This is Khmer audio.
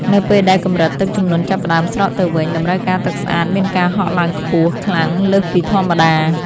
នៅពេលដែលកម្រិតទឹកជំនន់ចាប់ផ្ដើមស្រកទៅវិញ តម្រូវការទឹកស្អាតមានការហក់ឡើងខ្ពស់ខ្លាំងលើសពីធម្មតា។